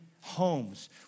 homes